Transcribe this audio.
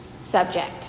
subject